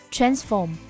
Transform